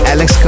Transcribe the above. Alex